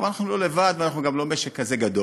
אבל אנחנו לא לבד ואנחנו גם לא משק כזה גדול.